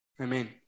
amen